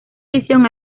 edición